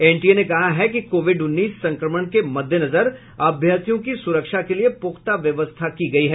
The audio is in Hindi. एनटीए ने कहा है कि कोविड उन्नीस संक्रमण के मद्देनजर अभ्यर्थियों की सुरक्षा के लिये पुख्ता व्यवस्था की गयी है